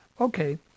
okay